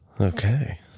Okay